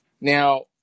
Now